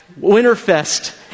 Winterfest